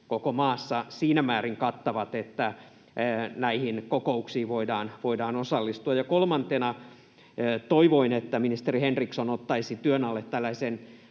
koko maassa siinä määrin kattavat, että näihin kokouksiin voidaan osallistua. Kolmantena toivoin, että ministeri Henriksson ottaisi työn alle valmistelun,